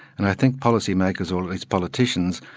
and i think policymakers, or at least politicians,